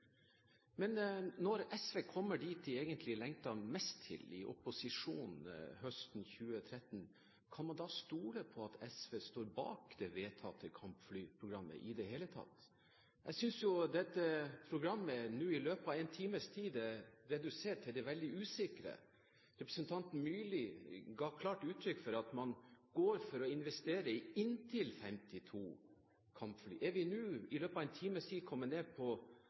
Men når SV kommer dit de egentlig lengter mest til, i opposisjon høsten 2013, kan man da stole på at SV står bak det vedtatte kampflyprogrammet i det hele tatt? Jeg synes dette programmet nå i løpet av en times tid er redusert til det veldig usikre. Representanten Myrli ga klart uttrykk for at man går for å investere i «inntil» 52 kampfly. Er vi nå i løpet av en times tid kommet ned på